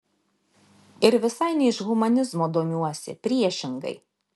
ir visai ne iš humanizmo domiuosi priešingai